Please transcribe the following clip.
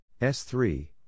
S3